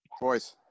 Boys